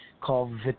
called